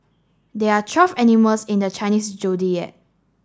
there are twelve animals in the Chinese Zodiac